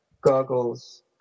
goggles